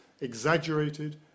exaggerated